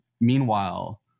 meanwhile